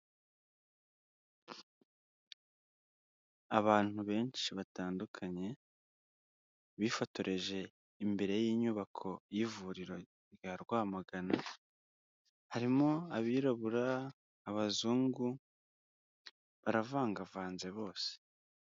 Abantu benshi batandukanye bifotoreje imbere y'inyubako y'Ivuriro rya Rwamagana, harimo abirabura, abazungu, baravangavanze bose.